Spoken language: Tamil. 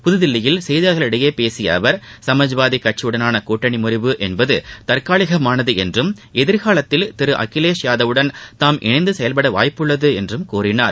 புதுதில்லியில் செய்தியாளர்களிடம் பேசிய அவர் சமாஜ்வாதி கட்சியுடனான கூட்டணி முறிவு என்பது தற்காலிகமானது என்றும் எதிர்காலத்தில் திரு அகிலேஷ் யாதவுடன் தாம் இணைந்து செயல்டட வாய்ப்பு உள்ளது என்றும் கூறினார்